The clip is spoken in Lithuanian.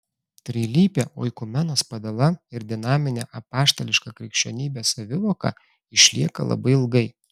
trilypė oikumenos padala ir dinaminė apaštališka krikščionybės savivoka išlieka labai ilgai